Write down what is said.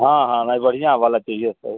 हाँ हाँ नहीं बढ़ियाँ वाला चाहिए सर